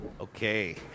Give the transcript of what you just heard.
Okay